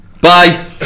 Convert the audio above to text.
Bye